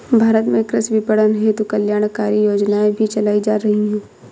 भारत में कृषि विपणन हेतु कल्याणकारी योजनाएं भी चलाई जा रही हैं